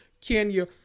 Kenya